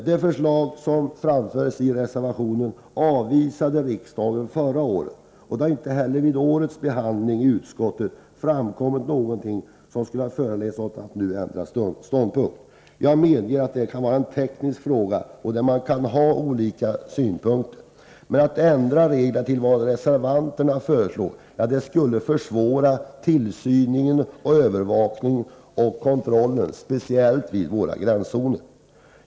Det förslag som framförs i reservationen avvisade riksdagen förra året, och det har inte vid årets behandling i utskottet framkommit något som föranlett oss att nu ändra ståndpunkt. Jag medger att det är en teknisk fråga, där man kan ha olika synpunkter. Men en ändring av reglerna till vad reservanterna föreslår skulle försvåra tillsynen, övervakningen och kontrollen speciellt vid våra gränszoner.